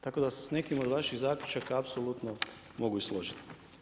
Tako da se s nekim od vaših zaključaka apsolutno mogu i složiti.